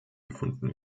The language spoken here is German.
gefunden